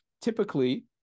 typically